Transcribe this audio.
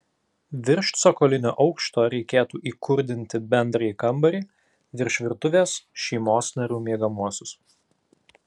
virš cokolinio aukšto reikėtų įkurdinti bendrąjį kambarį virš virtuvės šeimos narių miegamuosius